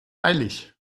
eilig